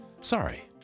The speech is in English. Sorry